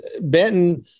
Benton